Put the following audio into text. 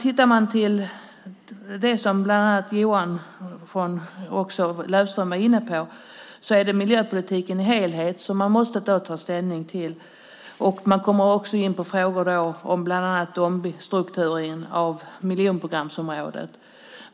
Johan Löfstrand var också inne på att man då måste ta ställning till miljöpolitiken som helhet. Då kommer man också in på frågor om bland annat omstrukturering av miljonprogramsområden.